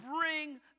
bring